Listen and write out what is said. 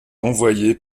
envoyé